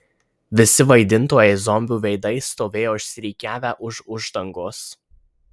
visi vaidintojai zombių veidais stovėjo išsirikiavę už uždangos